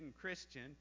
Christian